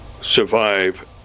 survive